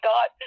God